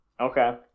Okay